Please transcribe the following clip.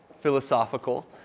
philosophical